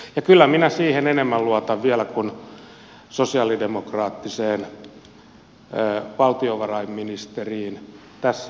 ja kyllä minä siihen enemmän luotan vielä kuin sosialidemokraattiseen valtiovarainministeriin tässä asiassa